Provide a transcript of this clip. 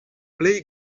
plej